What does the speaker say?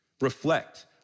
Reflect